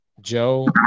Joe